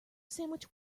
sandwich